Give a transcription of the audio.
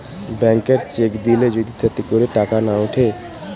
ব্যাংকার cheque দিলে যদি তাতে করে টাকা না উঠে